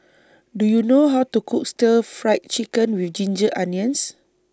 Do YOU know How to Cook Stir Fried Chicken with Ginger Onions